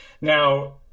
Now